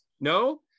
no